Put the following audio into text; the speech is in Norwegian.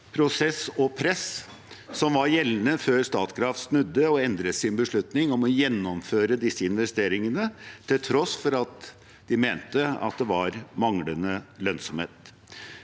press som var gjeldende før Statkraft snudde og endret sin beslutning om å gjennomføre disse investeringene, til tross for at de mente det var manglende lønnsomhet.